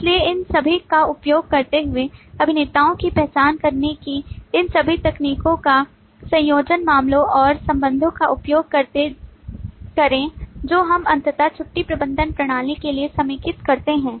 इसलिए इन सभी का उपयोग करते हुए अभिनेताओं की पहचान करने की इन सभी तकनीकों का संयोजन मामलों और संबंधों का उपयोग करें जो हम अंततः छुट्टी प्रबंधन प्रणाली के लिए समेकित करते हैं